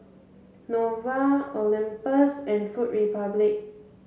Nova Olympus and Food Republic